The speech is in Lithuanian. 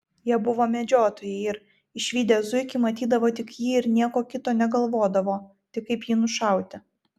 jie buvo medžiotojai ir išvydę zuikį matydavo tik jį ir nieko kito negalvodavo tik kaip jį nušauti